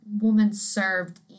woman-served